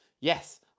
Yes